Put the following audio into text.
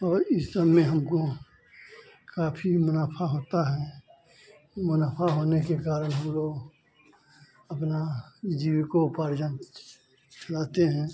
और इस सब में हमको काफी मनाफ़ा होता है मुनाफ़ा होने के कारण हम लोग अपना जीविका पालन चलाते हैं